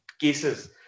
cases